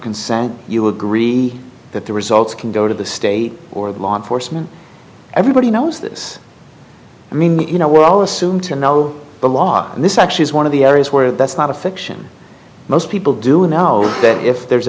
consent you agree that the results can go to the state or the law enforcement everybody knows this i mean you know we're all assume to know the law and this actually is one of the areas where that's not a fiction most people do know that if there's